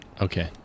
Okay